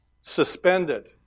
suspended